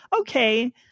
Okay